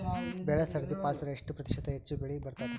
ಬೆಳಿ ಸರದಿ ಪಾಲಸಿದರ ಎಷ್ಟ ಪ್ರತಿಶತ ಹೆಚ್ಚ ಬೆಳಿ ಬರತದ?